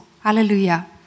Hallelujah